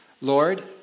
Lord